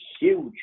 huge